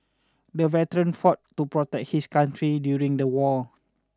the veteran fought to protect his country during the war